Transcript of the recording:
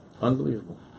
Unbelievable